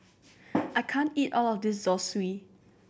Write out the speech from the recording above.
I can't eat all of this Zosui